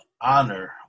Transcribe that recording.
honor